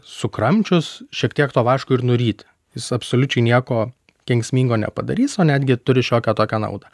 sukramčius šiek tiek to vaško ir nuryti jis absoliučiai nieko kenksmingo nepadarys o netgi turi šiokią tokią naudą